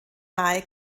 nahe